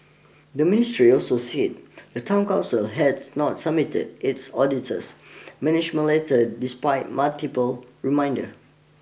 the ministry also said the town council has not submitted its auditor's management letter despite multiple reminders